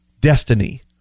destiny